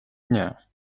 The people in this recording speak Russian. дня